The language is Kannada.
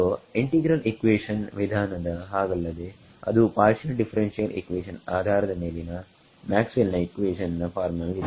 ಸೋಇಂಟಿಗ್ರಲ್ ಇಕ್ವೇಷನ್ ವಿಧಾನದ ಹಾಗಲ್ಲದೇ ಅದು ಪಾರ್ಶಿಯಲ್ ಡಿಫರೆನ್ಶಿಯಲ್ ಇಕ್ವೇಷನ್ ಆಧಾರದ ಮೇಲಿನ ಮ್ಯಾಕ್ಸ್ವೆಲ್ ನ ಇಕ್ವೇಷನ್ ನ ಫಾರ್ಮ್ ನಲ್ಲಿದೆ